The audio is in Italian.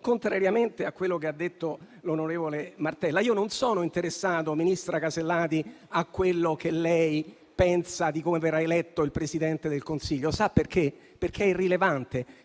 Contrariamente a quello che ha detto il collega Martella, io non sono interessato, ministra Alberti Casellati, a quello che lei pensa relativamente a come verrà eletto il Presidente del Consiglio. Sa perché? Perché è irrilevante,